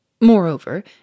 Moreover